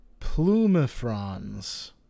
Plumifrons